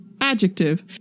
Adjective